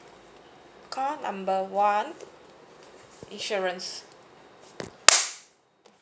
call number insurance